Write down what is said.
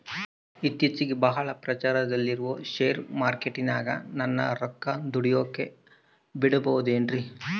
ಇತ್ತೇಚಿಗೆ ಬಹಳ ಪ್ರಚಾರದಲ್ಲಿರೋ ಶೇರ್ ಮಾರ್ಕೇಟಿನಾಗ ನನ್ನ ರೊಕ್ಕ ದುಡಿಯೋಕೆ ಬಿಡುಬಹುದೇನ್ರಿ?